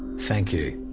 thank you.